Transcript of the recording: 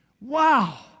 Wow